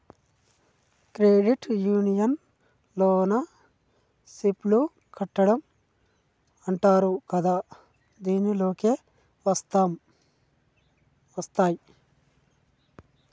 credit union లోన SIP లు కట్టడం అంటరు కదా దీనిలోకే వస్తాయ్